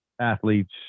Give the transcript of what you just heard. athletes